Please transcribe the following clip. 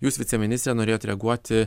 jūs viceministre norėjot reaguoti